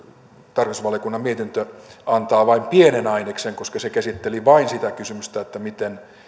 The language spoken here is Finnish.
tarkastusvaliokunnan mietintö antaa vain pienen aineksen koska se käsitteli vain sitä kysymystä miten